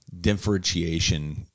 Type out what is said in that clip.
differentiation